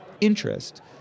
interest